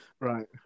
Right